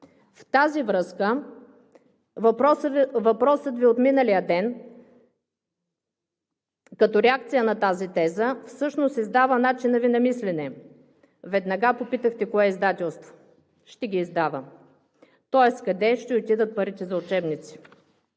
В тази връзка въпросът Ви от миналия ден, като реакция на тази теза, всъщност издава начина Ви на мислене. Веднага попитахте кое издателство ще ги издава, тоест къде ще отидат парите за учебници.